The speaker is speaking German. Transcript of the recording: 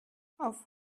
auf